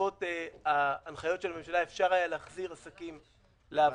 שבעקבות הנחיות של הממשלה אפשר היה להחזיר עסקים לעבודה.